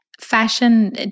fashion